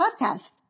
podcast